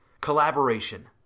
collaboration